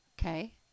Okay